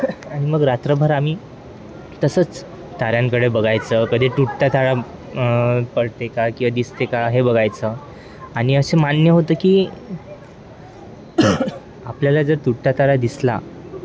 आणि मग रात्रभर आम्ही तसंच ताऱ्यांकडे बघायचं कधी तुटता तारा पडते का किंवा दिसते का हे बघायचं आणि असे मान्य होतं की आपल्याला जर तुटता तारा दिसला